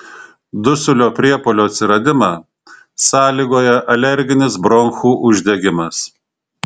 dusulio priepuolio atsiradimą sąlygoja alerginis bronchų uždegimas